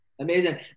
amazing